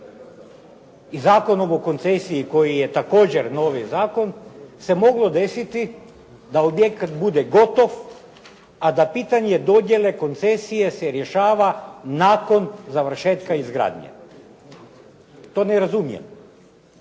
i Zakonom o koncesiji koji je također novi zakon, se moglo desiti da objekat bude gotov a da pitanje dodjele koncesije se rješava nakon završetka izgradnje, to ne razumijem,